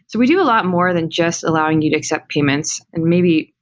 we do a lot more than just allowing you to accept payments and maybe,